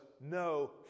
no